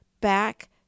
back